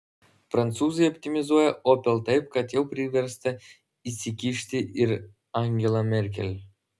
prancūzai optimizuoja opel taip kad jau priversta įsikišti ir angela merkel